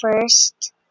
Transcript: first